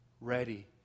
ready